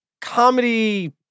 comedy